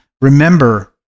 remember